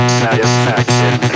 satisfaction